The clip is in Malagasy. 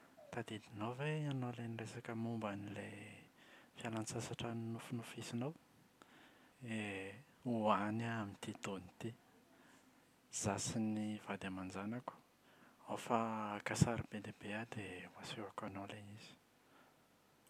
Tadidinao ve ianao ilay niresaka momba an’ilay fialan-tsasatra nonofinofisinao? Ie, ho any aho amin’ity taona ity! Izaho sy ny vady aman-janako. Ao fa haka sary be dia be aho dia ho asehoko anao ilay izy.